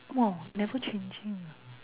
!wah! never changing ah